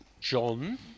John